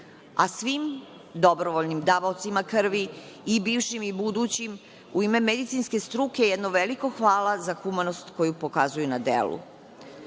a svim dobrovoljnim davaocima krvi, i bivšim i budućim, u ime medicinske struke jedno veliko hvala za humanost koju pokazuju na delu.